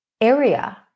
area